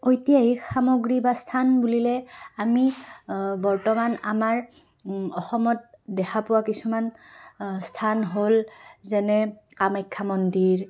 ঐতিহাসিক সামগ্ৰী বা স্থান বুলিলে আমি বৰ্তমান আমাৰ অসমত দেখা পোৱা কিছুমান স্থান হ'ল যেনে কামাখ্যা মন্দিৰ